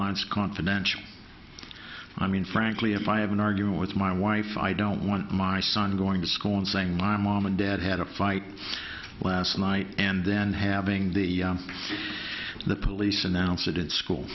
online is confidential i mean frankly if i have an argument with my wife i don't want my son going to school and saying my mom and dad had a fight last night and then having the police announce it in school